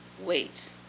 wait